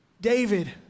David